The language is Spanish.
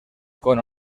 con